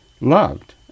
loved